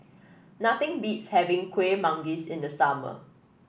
nothing beats having Kuih Manggis in the summer